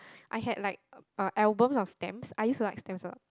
I had like a album of stamp I use like things so